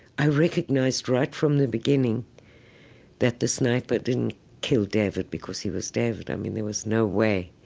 i recognized right from the beginning that the sniper didn't kill david, because he was david. i mean there was no way,